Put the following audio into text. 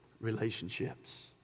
relationships